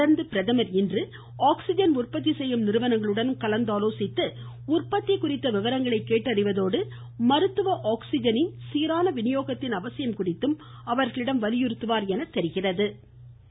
தொடா்ந்து பிரதமா் இன்று ஆக்ஸிஜன் உற்பத்தி செய்யும் நிறுவனங்களுடனும் கலந்து ஆலோசித்து உற்பத்தி குறித்த விவரங்களை கேட்டறிவதோடு மருத்துவ ஆக்சிஜன் சீரான விநியோகத்தின் அவசியம் குறித்தும் அவர்களிடம் வலியுறுத்துவார் என எதிர்பார்க்கப்படுகிறது